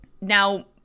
Now